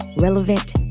relevant